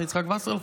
אתה יצחק וסרלאוף,